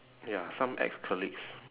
ya some ex-colleagues